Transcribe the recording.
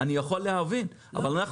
אני אגיד לפיקוח על הבנקים, אנחנו עובדים